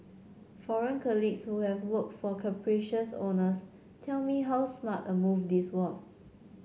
foreign colleagues who have worked for capricious owners tell me how smart a move this was